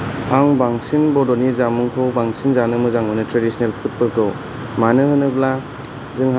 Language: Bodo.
आं बांसिन बड'नि जामुंखौ बांसिन जानो मोजां मोनो ट्रेडिसनेल फुदफोरखौ मानो होनोब्ला जोंहा